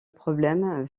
problème